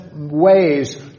ways